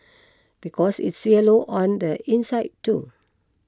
because it's yellow on the inside too